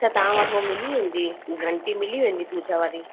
त तव्हां वटि उहा मिली वेंदी घंटी मिली वेंदी पूजा वारी